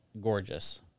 gorgeous